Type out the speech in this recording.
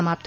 समाप्त